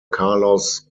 carlos